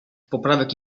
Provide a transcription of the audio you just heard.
poprawek